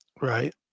Right